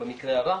במקרה הרע